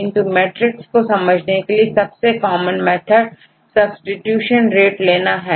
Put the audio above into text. किंतु मैट्रिक्स को समझाने के लिए सबसे कॉमन मेथड सब्सीट्यूशन रेट लेना है